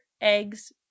eggs